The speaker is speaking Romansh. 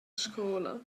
scola